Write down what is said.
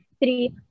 Three